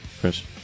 Chris